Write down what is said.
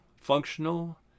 functional